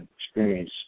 experience